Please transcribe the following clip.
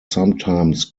sometimes